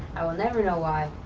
i will never know why,